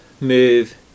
move